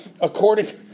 according